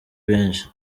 benshi